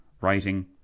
writing